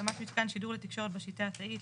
הקמת מיתקן שידור לתקשורת בשיטה התאית,